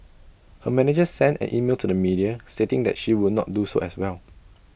her manager sent an email to the media stating that she would not do so as well